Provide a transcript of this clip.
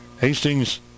Hastings